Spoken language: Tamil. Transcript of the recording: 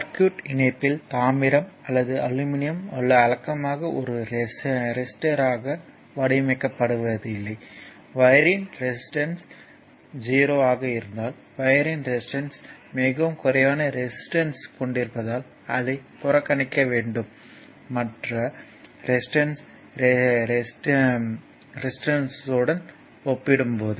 சர்க்யூட் இணைப்பில் தாமிரம் அல்லது அலுமினியம் வழக்கமாக ஒரு ரெசிஸ்டர்யாக வடிவமைக்கப்படவில்லை ஒயர்யின் ரெசிஸ்டன்ஸ் 0 ஆக இருந்தால் ஒயர்யின் ரெசிஸ்டன்ஸ் மிகவும் குறைவான ரெசிஸ்டன்ஸ் கொண்டிருப்பதால் அதை புறக்கணிக்க வேண்டும் மற்ற எலிமெண்ட்களின் ரெசிஸ்டன்ஸ்யுடன் ஒப்பிடும்போது